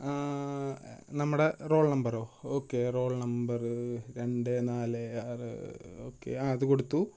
ആ നമ്മുടെ റോൾ നമ്പരൊ ഓക്കെ റോൾ നമ്പറ് രണ്ട് നാല് ആറ് ഓക്കെ ആ അത് കൊടുത്തു